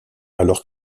alors